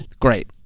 Great